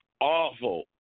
awful